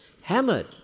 hammered